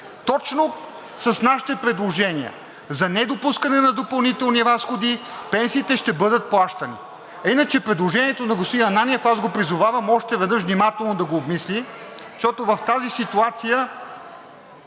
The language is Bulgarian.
точно с нашите предложения за недопускане на допълнителни разходи пенсиите ще бъдат плащани, а иначе предложението на господин Ананиев, аз го призовавам още веднъж внимателно да го обмисли, защото в тази ситуация